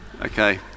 Okay